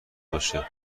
باشه